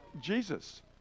Jesus